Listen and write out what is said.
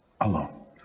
alone